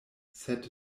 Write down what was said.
sed